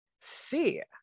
fear